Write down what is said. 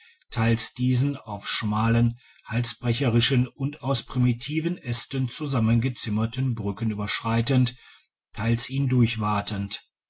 teils diesen auf schmalen halsbrecherischen und aus primitiven aesten zusammengezimmerten brücken überschreitend teils ihn durchwatend